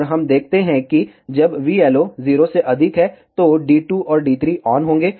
और हम देखते हैं कि जब vLO 0 से अधिक है तो D2 और D3 ऑन होंगे